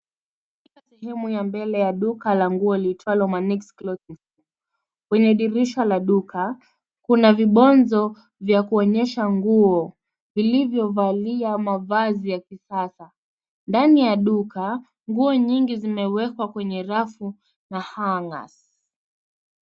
Katika sehemu ya mbele ya duka la nguo liitwalo Manix Clothing . Kwenye dirisha la duka kuna vibonzo vya kuonyesha nguo vilivyovalia mavazi ya kisasa. Ndani ya duka, nguo nyingi zimewekwa kwenye rafu na hangers .